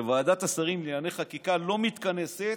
שוועדת השרים לענייני חקיקה לא מתכנסת